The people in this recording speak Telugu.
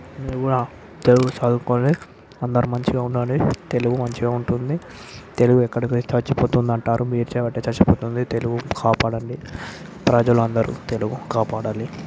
నువ్వు కూడా తెలుగు చదువుకుని అందరూ మంచిగా ఉండండి తెలుగు మంచిగా ఉంటుంది తెలుగు ఎక్కడ చచ్చిపోతుంది అంటారు మీరు చేయబట్టే చచ్చిపోతుంది తెలుగు కాపాడండి ప్రజలందరూ తెలుగు కాపాడాలి